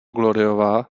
gloryová